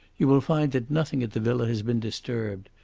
you will find that nothing at the villa has been disturbed.